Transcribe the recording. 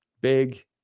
big